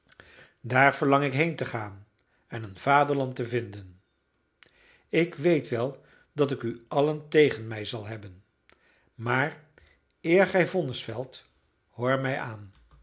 daar verlang ik heen te gaan en een vaderland te vinden ik weet wel dat ik u allen tegen mij zal hebben maar eer gij vonnis velt hoor mij aan